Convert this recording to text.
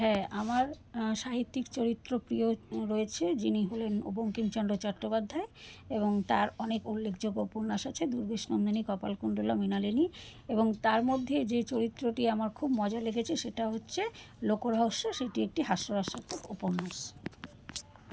হ্যাঁ আমার সাহিত্যিক চরিত্র প্রিয় রয়েছে যিনি হলেন বঙ্কিমচন্দ্র চট্টোপাধ্যায় এবং তার অনেক উল্লেখযোগ্য উপন্যাস আছে দুর্গেশনন্দিনী কপালকুণ্ডলা মৃণালিনী এবং তার মধ্যে যে চরিত্রটি আমার খুব মজা লেগেছে সেটা হচ্ছে লোক রহস্য সেটি একটি হাস্যরাস্যক উপন্যাস